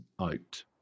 out